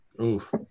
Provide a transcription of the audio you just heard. Oof